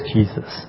Jesus